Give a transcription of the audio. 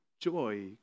joy